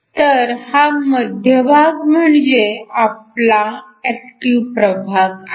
तर हा मध्यभाग म्हणजे आपला ऍक्टिव्ह प्रभाग आहे